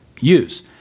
use